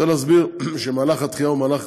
אני רוצה להסביר שמהלך הדחייה הוא מהלך